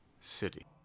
City